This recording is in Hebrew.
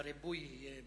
והריבוי יהיה,